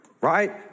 right